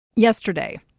yesterday,